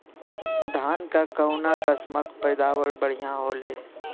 धान क कऊन कसमक पैदावार बढ़िया होले?